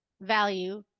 value